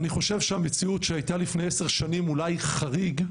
אני חושב שהמציאות שהייתה לפני עשר שנים אולי חריג,